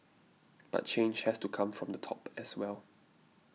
but change has to come from the top as well